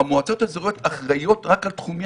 שהמועצות האזוריות אחראיות רק על תחומי